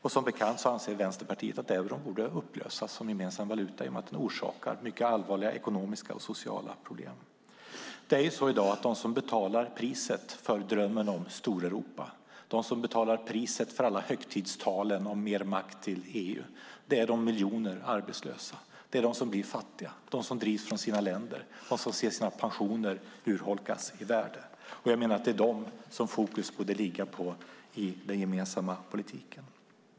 Vänsterpartiet anser, som bekant, att euron borde upplösas som gemensam valuta eftersom den orsakar mycket allvarliga ekonomiska och sociala problem. De som betalar priset för drömmen om Storeuropa, de som betalar priset för alla högtidstal om mer makt till EU är de miljoner arbetslösa. Det är de som blir fattiga och drivs från sina länder. Det är de som får se värdet på sina pensioner urholkas. Jag menar att det är på dem fokus borde ligga i den gemensamma politiken.